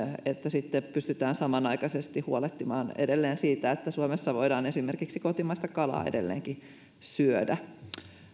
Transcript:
että sitten pystytään samanaikaisesti huolehtimaan siitä että suomessa voidaan esimerkiksi kotimaista kalaa edelleenkin syödä